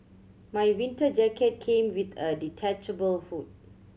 my winter jacket came with a detachable hood